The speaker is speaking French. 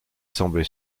semblait